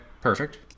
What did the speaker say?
perfect